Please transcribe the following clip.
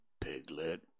Piglet